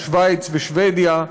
בשווייץ ובשבדיה,